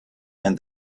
and